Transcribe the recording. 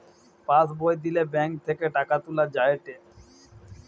pass বই দিলে bank থেকে টাকা তুলা যায়েটে